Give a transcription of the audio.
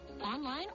online